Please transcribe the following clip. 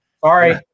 Sorry